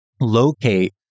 locate